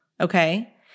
okay